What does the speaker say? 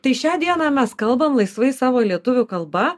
tai šią dieną mes kalbam laisvai savo lietuvių kalba